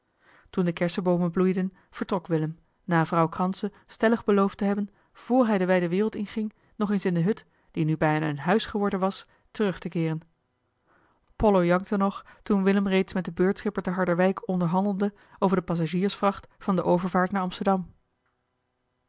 toen de kerseboomen bloeiden vertrok willem na vrouw kranse stellig beloofd te hebben vr hij de wijde wereld inging nog eens in de hut die nu bijna een huis geworden was terug te keeren pollo jankte nog toen willem reeds met den beurtschipper te harderwijk onderhandelde over de passagiersvracht van de overvaart naar amsterdam